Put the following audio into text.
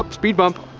speed bump,